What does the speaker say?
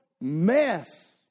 mess